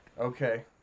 Okay